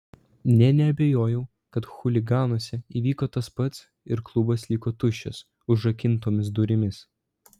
nė neabejojau kad chuliganuose įvyko tas pats ir klubas liko tuščias užrakintomis durimis